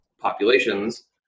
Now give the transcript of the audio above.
populations